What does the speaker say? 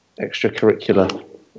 extracurricular